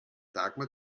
dagmar